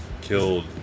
killed